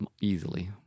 easily